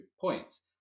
points